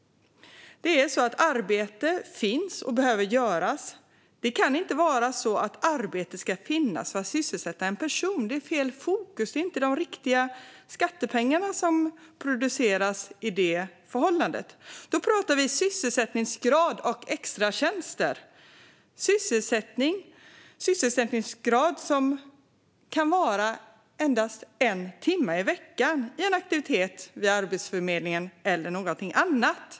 Arbete finns och behöver göras. Det kan inte vara så att arbete ska finnas för att sysselsätta en person. Det är fel fokus. Det är inte de riktiga skattepengarna som produceras i det förhållandet. Då pratar vi sysselsättningsgrad och extratjänster. Sysselsättningsgrad kan handla om endast en timme i veckan i en aktivitet vid Arbetsförmedlingen eller någonting annat.